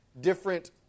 different